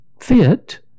fit